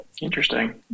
Interesting